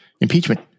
impeachment